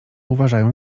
uważają